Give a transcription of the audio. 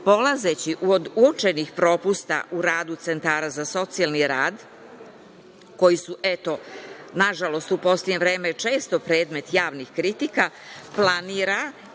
polazeći od uočenih propusta u radu centara za socijalni rad koji su, eto, nažalost, u poslednje vreme često predmet javnih kritika, planira